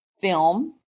film